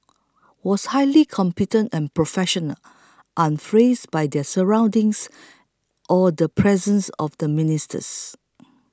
was highly competent and professional unfreeze by their surroundings or the presence of the ministers